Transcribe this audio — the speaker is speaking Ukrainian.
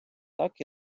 так